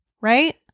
Right